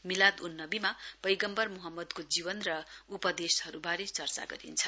मिलाद उन नवीमा पैगम्वर मोहम्मदको जीवन र उपदेशहरुवारे चर्चा गरिन्छ